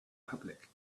public